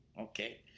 Okay